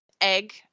egg